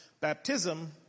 baptism